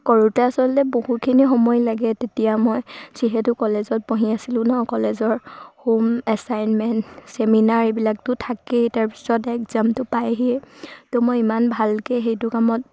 কৰোঁতে আচলতে বহুখিনি সময় লাগে তেতিয়া মই যিহেতু কলেজত পঢ়ি আছিলোঁ নহ্ কলেজৰ হোম এছাইনমেণ্ট ছেমিনাৰ এইবিলাকতো থাকেই তাৰপিছত এক্সামটো পাইহি ত' মই ইমান ভালকৈ সেইটো কামত